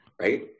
Right